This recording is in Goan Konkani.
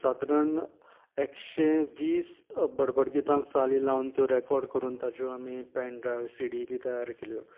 सादारण एकशें वीस बडबड गितांक चाली लावन त्यो रेकॉर्ड करून ताच्यो आमी पेन ड्रायव्ह सी डी बी तयार केल्यो